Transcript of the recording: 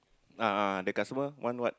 ah ah the customer want what